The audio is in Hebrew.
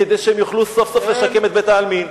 כדי שהם יוכלו סוף-סוף לשקם את בית-העלמין,